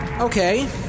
Okay